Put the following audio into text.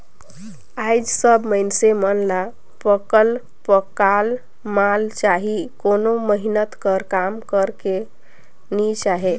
आएज सब मइनसे मन ल पकल पकाल माल चाही कोनो मेहनत कर काम करेक नी चाहे